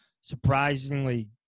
surprisingly